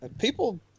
People